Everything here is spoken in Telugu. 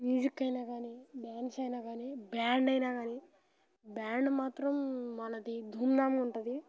మ్యూజిక్ అయినా కానీ డ్యాన్స్ అయినా కానీ బ్యాండ్ అయినా కానీ బ్యాండ్ మాత్రం మనది ధూమ్ ధామ్ ఉంటుంది